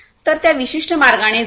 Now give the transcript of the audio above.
तर त्या विशिष्ट मार्गाने जा